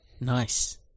Nice